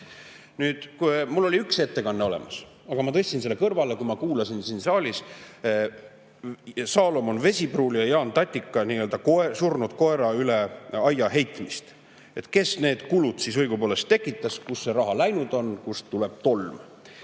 Mul oli üks ettekanne olemas, aga ma tõstsin selle kõrvale, kui ma kuulasin siin saalis nii-öelda Saalomon Vesipruuli ja Jaan Tatika surnud koera üle aia heitmist, et kes need kulud siis õigupoolest tekitas, kuhu see raha läinud on ja kust tuleb tolm.